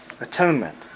atonement